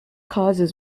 causes